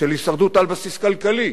של הישרדות, על בסיס כלכלי,